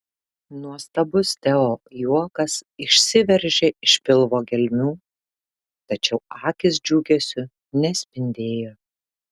nuostabus teo juokas išsiveržė iš pilvo gelmių tačiau akys džiugesiu nespindėjo